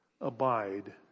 Abide